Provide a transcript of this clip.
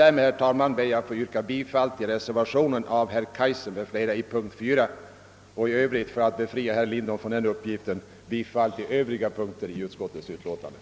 Härmed ber jag att få yrka bifall till reservationen av herr Kaijser m.fl. beträffande punkt 4 och i Övrigt, för att befria herr Lindholm från den uppgiften, bifall till övriga punkter i utskottets hemställan.